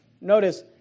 Notice